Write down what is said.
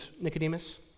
Nicodemus